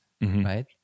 right